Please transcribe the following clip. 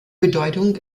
bedeutung